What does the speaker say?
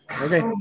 Okay